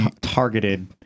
targeted